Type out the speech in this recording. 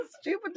stupid